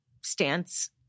stance